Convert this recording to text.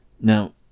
Now